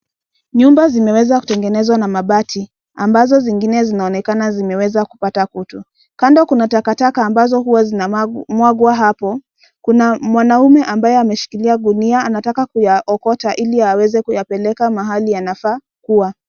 Nyumba zimeweza kutengenezwa na mabati, ambazo zingine zinaonekana zimeweza kupata kutu. Kando kuna takataka ambazo huwa zinamwangwa hapo, kuna mwanaume ambaye ameshikilia gunia, anataka kuyaokota ili aweze kuyapeleka mahali yanafaa kuwa.